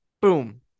Boom